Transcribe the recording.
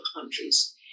countries